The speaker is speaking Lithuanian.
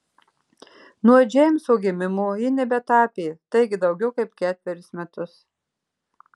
nuo džeimso gimimo ji nebetapė taigi daugiau kaip ketverius metus